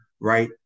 right